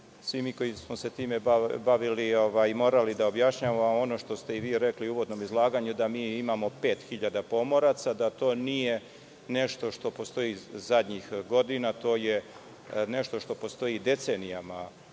svi mi koji smo se time bavili morali da objašnjavamo ono što ste i vi rekli u uvodnom izlaganju, da imamo 5.000 pomoraca, da to nije nešto što postoje zadnjih godina, već da je to nešto što postoji decenijama